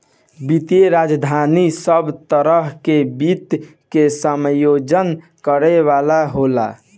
वित्तीय राजधानी सब तरह के वित्त के समायोजन करे वाला होला